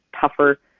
tougher